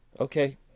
okay